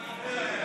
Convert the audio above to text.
לניר אורבך,